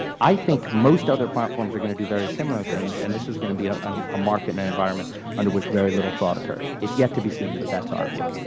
i think most other platforms are going to do very similar things, and this is going to be a um ah market in that environment under which very little fraud occurs. it's yet to be seen but that's our view.